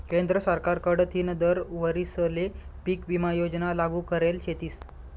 केंद्र सरकार कडथीन दर वरीसले पीक विमा योजना लागू करेल शेतीस